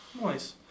Nice